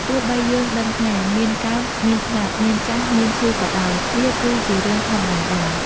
ទោះបីយើងដឹងថា មានកើត មានស្លាប់ មានចាស់ មានឈឺក៏ដោយ វាគឺជារឿងធម្មតាដែរ។